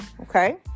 okay